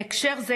בהקשר זה,